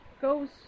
goes